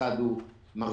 אחד הוא מרדים,